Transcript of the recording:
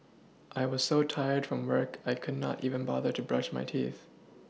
I was so tired from work I could not even bother to brush my teeth